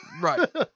Right